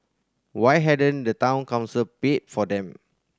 why hadn't the Town Council paid for them